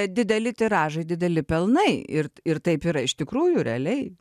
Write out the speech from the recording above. dideli tiražai dideli pelnai ir ir taip yra iš tikrųjų realiai